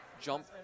jump